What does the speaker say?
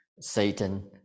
Satan